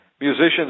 musicians